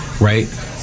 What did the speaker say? right